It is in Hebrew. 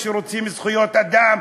שרוצים זכויות אדם,